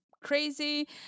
crazy